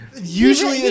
Usually